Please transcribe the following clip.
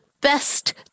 best